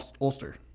Ulster